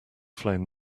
flame